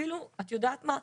אפילו את יודעת מה?